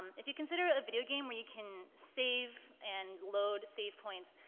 if you consider a video game where you can save and load safe points,